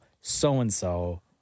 so-and-so